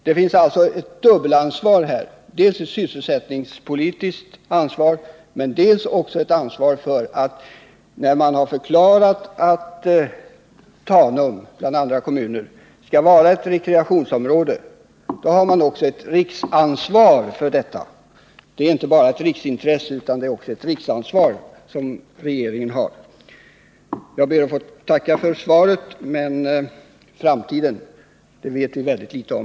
Ansvaret är således dubbelt — dels ett sysselsättningspolitiskt ansvar, dels ett riksansvar för vattenförsörjningen, eftersom man har förklarat att Tanum skall vara ett rekreationsområde. Det är inte bara fråga om ett riksintresse utan också om ett riksansvar. Jag tackar än en gång för svaret, men framtiden vet vi väldigt litet om.